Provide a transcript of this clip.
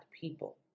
people